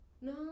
No